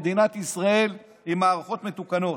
מדינת ישראל עם מערכות מתוקנות.